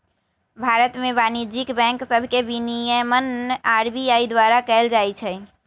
भारत में वाणिज्यिक बैंक सभके विनियमन आर.बी.आई द्वारा कएल जाइ छइ